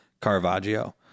caravaggio